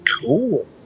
Cool